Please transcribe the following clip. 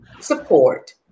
support